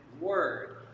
word